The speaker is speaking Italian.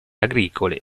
agricole